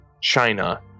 china